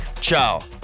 ciao